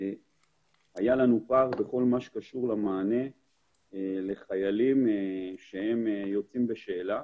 היה לנו פער בכל מה שקשור למענה לחיילים שיוצאים בשאלה.